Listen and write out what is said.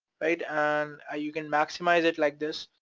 right? and ah you can maximize it like this.